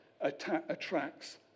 attracts